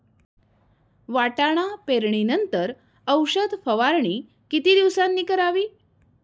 वाटाणा पेरणी नंतर औषध फवारणी किती दिवसांनी करावी?